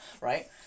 right